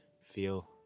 feel